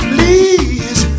Please